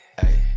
Hey